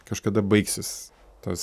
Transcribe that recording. kažkada baigsis tas